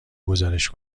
گزارش